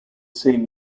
same